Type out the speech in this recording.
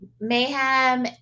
Mayhem